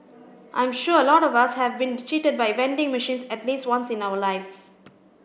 I'm sure a lot of us have been cheated by vending machines at least once in our lives